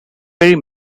perry